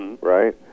right